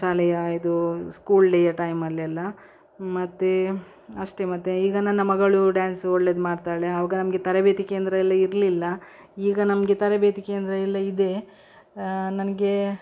ಶಾಲೆಯ ಇದು ಸ್ಕೂಲ್ ಡೇಯ ಟೈಮಲ್ಲೆಲ್ಲ ಮತ್ತು ಅಷ್ಟೆ ಮತ್ತು ಈಗ ನನ್ನ ಮಗಳು ಡ್ಯಾನ್ಸ್ ಒಳ್ಳೆದು ಮಾಡ್ತಾಳೆ ಆಗ ನಮಗೆ ತರಬೇತಿ ಕೇಂದ್ರ ಎಲ್ಲ ಇರಲಿಲ್ಲ ಈಗ ನಮಗೆ ತರಬೇತಿ ಕೇಂದ್ರ ಎಲ್ಲ ಇದೆ ನನಗೆ